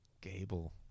Gable